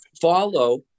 follow